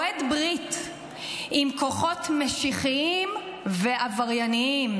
כורת ברית עם כוחות משיחיים ועבריינים.